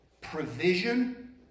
Provision